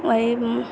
वही मे